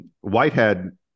Whitehead